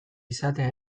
izatea